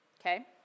okay